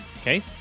Okay